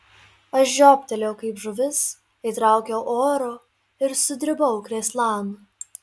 aš žioptelėjau kaip žuvis įtraukiau oro ir sudribau krėslan